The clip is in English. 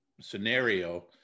scenario